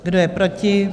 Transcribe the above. Kdo je proti?